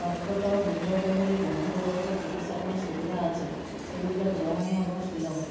କର୍କଟ ହୃଦ ରୋଗ ଭଲି ଗମ୍ଭୀର ରୋଗର ଚିକିତ୍ସା ପାଇଁ ସୁବିଧା ଅଛି ସେଗୁଡ଼ିକ ଗ୍ରହଣୀୟ ଏବଂ ସୁଲଭ